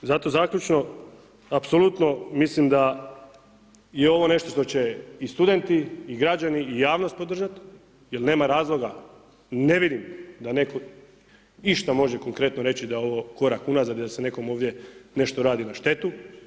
Zato zaključno, apsolutno mislim da je ovo nešto što će i studenti i građani i javnost podržati jer nema razloga, ne vidim da netko išta može konkretno reći da je ovo korak unazad i da se nekom ovdje nešto radi na štetu.